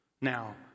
Now